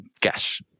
guess